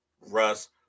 Russ